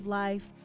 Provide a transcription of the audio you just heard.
life